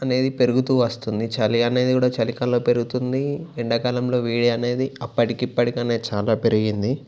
అనేది పేరుగుతూ వస్తుంది చలి అనేది కూడా చలికాలంలో పెరుగుతుంది ఎండాకాలంలో వేడి అనేది అప్పటికిప్పటి కన్నా చాలా పెరిగింది